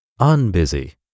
unbusy